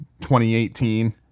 2018